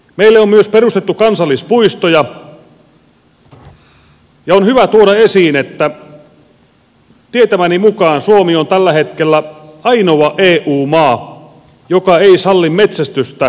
meille on myös perustettu kansallispuistoja ja on hyvä tuoda esiin että tietämäni mukaan suomi on tällä hetkellä ainoa eu maa joka ei salli metsästystä kansallispuistoissaan